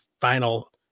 final